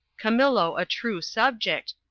camillo a true sub ject,